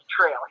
trail